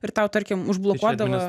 ir tau tarkim užblokuodavo